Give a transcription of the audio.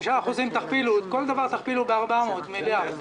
תכפילו 5%, כל דבר תכפילו ב-400 מיליארד,